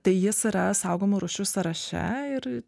tai jis yra saugomų rūšių sąraše ir